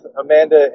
amanda